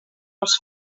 els